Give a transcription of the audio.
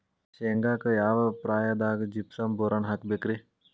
ಶೇಂಗಾಕ್ಕ ಯಾವ ಪ್ರಾಯದಾಗ ಜಿಪ್ಸಂ ಬೋರಾನ್ ಹಾಕಬೇಕ ರಿ?